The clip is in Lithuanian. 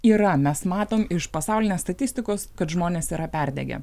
yra mes matom iš pasaulinės statistikos kad žmonės yra perdegę